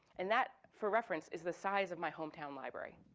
and that, for reference, is the size of my hometown library.